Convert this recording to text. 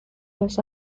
los